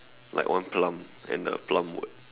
like one plum and the plum word